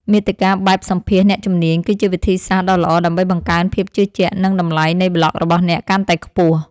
មាតិកាបែបសម្ភាសន៍អ្នកជំនាញ គឺជាវិធីសាស្រ្តដ៏ល្អដើម្បីបង្កើនភាពជឿជាក់ និងតម្លៃនៃប្លក់របស់អ្នកកាន់តែខ្ពស់។